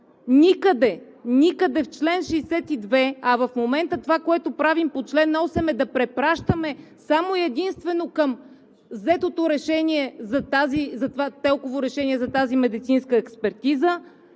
Никъде в чл. 62, а в момента това, което правим по чл. 8 е да препращаме само и единствено към взетото ТЕЛК-ово решение за тази медицинска експертиза,